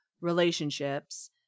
relationships